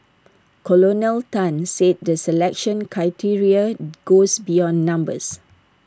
Colonel Tan said the selection criteria goes beyond numbers